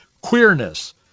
queerness